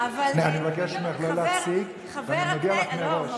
לא נגעתי.